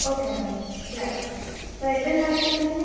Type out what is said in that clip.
okay ma'am sure so எத்தனை நாளைக்கி சொன்னிங்கள்